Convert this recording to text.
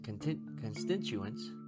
constituents